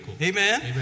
Amen